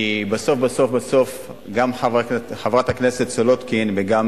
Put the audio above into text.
כי בסוף-בסוף-בסוף גם חברת הכנסת סולודקין וגם